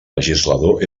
legislador